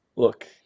look